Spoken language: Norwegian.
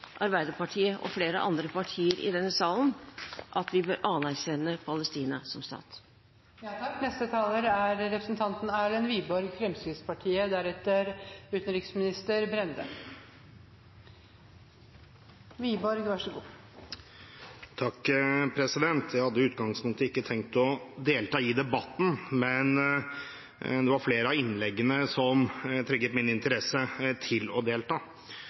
Arbeiderpartiet og flere andre partier i denne salen at vi bør anerkjenne Palestina som stat. Jeg hadde i utgangspunktet ikke tenkt å delta i debatten, men det var flere av innleggene som trigget min interesse for å delta.